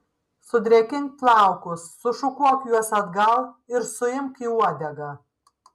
sudrėkink plaukus sušukuok juos atgal ir suimk į uodegą